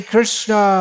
Krishna